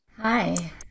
Hi